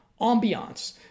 ambiance